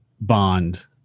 Bond